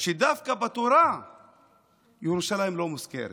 "ישתבח שמו של המסיע את